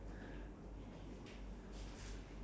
ya it's a very tough question because